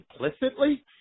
implicitly